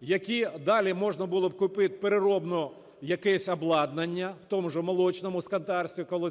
які далі можна було б купити переробне якесь обладнання, в тому ж молочному скотарстві, коли